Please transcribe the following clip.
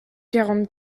quarante